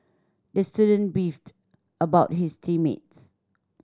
the student beefed about his team mates